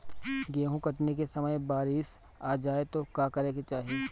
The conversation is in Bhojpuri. गेहुँ कटनी के समय बारीस आ जाए तो का करे के चाही?